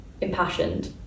Impassioned